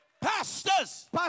Pastors